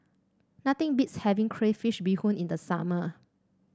nothing beats having Crayfish Beehoon in the summer